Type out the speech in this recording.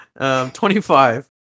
25